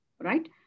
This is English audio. right